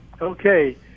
okay